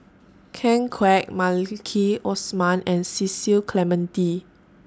Ken Kwek Maliki Osman and Cecil Clementi